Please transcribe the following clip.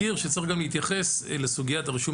אני מזכיר שצריך גם להתייחס לסוגיית הרישום